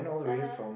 (uh huh)